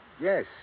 yes